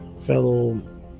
fellow